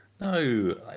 No